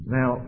Now